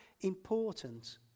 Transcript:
important